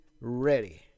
ready